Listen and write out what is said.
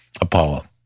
Apollo